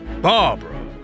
Barbara